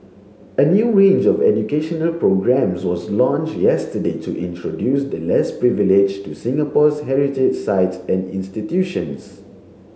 a new range of educational programmes was launched yesterday to introduce the less privileged to Singapore's heritage sites and institutions